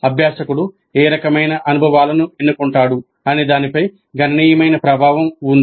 అభ్యాసకుడు ఏ రకమైన అనుభవాలను ఎన్నుకుంటాడు అనే దానిపై గణనీయమైన ప్రభావం ఉంది